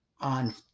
on